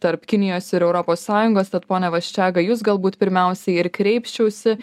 tarp kinijos ir europos sąjungos tad pone vaščega jus galbūt pirmiausiai ir kreipčiausi